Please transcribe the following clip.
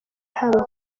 haba